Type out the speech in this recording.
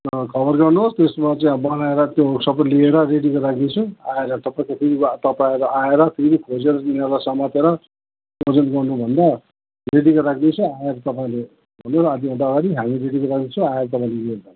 खबर गर्नुहोस् त्यसमा चाहिँ अब बनाएर त्यो सबै लिएर बनाएर रेडी गरेर राख्दिन्छु आएर तपाईँहरू आएर फेरि खोजेर तिनीहरूलाई समातेर ओजन गर्नु भन्दा रेडी गरेर राखिदिन्छ आएर तपाईँहरूले भन्नु न आधा घन्टा आगाडि हामी रेडी गरिदिन्छौँ आएर तपाईँले लिएर जानुहोस्